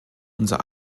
unser